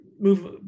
move